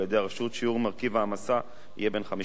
שיעור מרכיב ההעמסה יהיה בין 5.5%